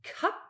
cup